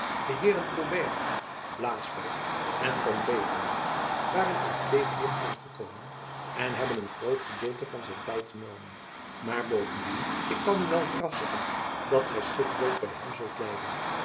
de heeren colbert blaespeil en van beverningk waren uit kleef hier aangekomen en hebben een groot gedeelte van zijn tijd genomen maar bovendien ik kan u wel vooraf zeggen dat gy schipbreuk by hem zult lijden